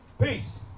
Peace